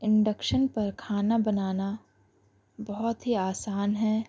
induction پر کھانا بنانا بہت ہی آسان ہے